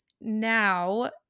now